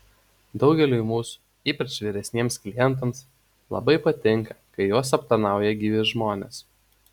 daugeliui mūsų ypač vyresniems klientams labai patinka kai juos aptarnauja gyvi žmonės